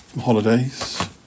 Holidays